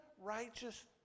righteous